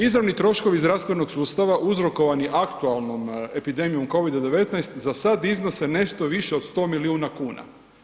Izravni troškovi zdravstvenog sustava uzrokovani aktualnom epidemijom COVID-a 19, za sad iznose nešto više od 100 milijuna kuna.